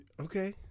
okay